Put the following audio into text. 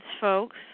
folks